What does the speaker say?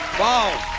wow!